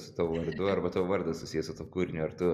su tavo vardu arba tavo vardas susijęs su tuo kūriniu ar tu